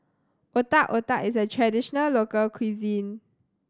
Otak Otak is a traditional local cuisine